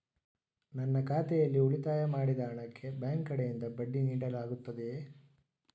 ನನ್ನ ಖಾತೆಯಲ್ಲಿ ಉಳಿತಾಯ ಮಾಡಿದ ಹಣಕ್ಕೆ ಬ್ಯಾಂಕ್ ಕಡೆಯಿಂದ ಬಡ್ಡಿ ನೀಡಲಾಗುತ್ತದೆಯೇ?